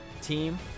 team